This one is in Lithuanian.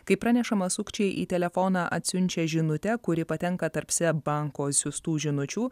kaip pranešama sukčiai į telefoną atsiunčia žinutę kuri patenka tarp seb banko siųstų žinučių